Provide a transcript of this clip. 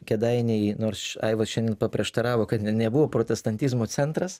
kėdainiai nors aivas šiandien paprieštaravo kad nebuvo protestantizmo centras